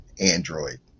android